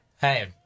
hey